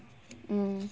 mm